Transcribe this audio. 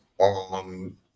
on